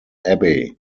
abbey